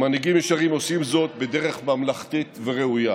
מנהיגים ישרים עושים זאת בדרך ממלכתית וראויה.